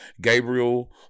Gabriel